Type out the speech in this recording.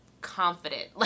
confident